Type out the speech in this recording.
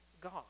God